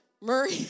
Murray